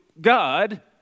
God